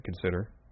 consider